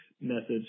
message